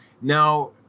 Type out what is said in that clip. now